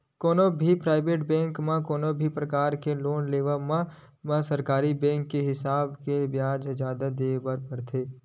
कोनो भी private bank म कोनो भी परकार के लोन के लेवब म सरकारी बेंक के हिसाब ले बियाज जादा देय बर परथे